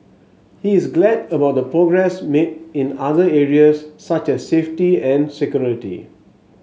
he is glad about the progress made in other areas such as safety and security